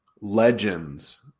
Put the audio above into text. legends